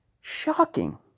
Shocking